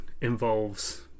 involves